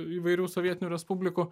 įvairių sovietinių respublikų